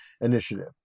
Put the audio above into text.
Initiative